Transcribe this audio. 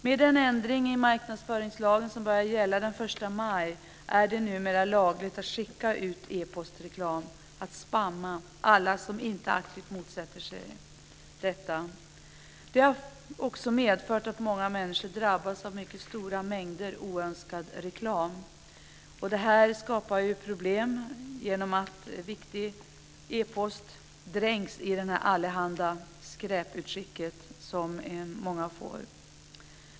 Med den ändring i marknadsföringslagen som börjar gälla den 1 maj blir det lagligt att skicka ut epostreklam till - att spamma - alla som inte aktivt motsätter sig detta. Spammande har medfört att många människor har drabbats av mycket stora mängder oönskad reklam. Detta skapar problem genom att viktig e-post dränks i allehanda skräputskick som många får.